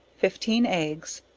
fifteen eggs,